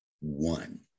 one